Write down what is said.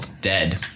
dead